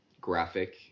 graphic